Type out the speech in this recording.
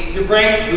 your brain